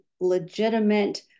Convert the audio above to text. legitimate